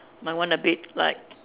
my one a bit like